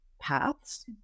paths